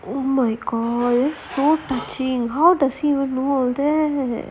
oh my god that's so touching how does he even know all that